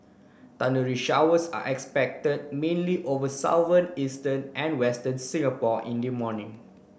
thundery showers are expected mainly over eastern and western Singapore in the morning